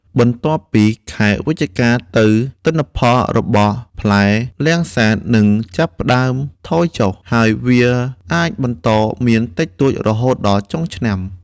បន្ទាប់ពីខែវិច្ឆិកាទៅ ទិន្នផលរបស់ផ្លែលាំងសាតនឹងចាប់ផ្ដើមថយចុះ ហើយវាអាចបន្តមានតិចតួចរហូតដល់ចុងឆ្នាំ។